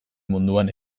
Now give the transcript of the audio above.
munduan